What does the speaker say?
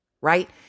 Right